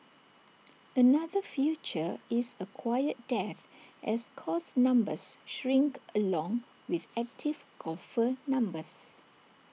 another future is A quiet death as course numbers shrink along with active golfer numbers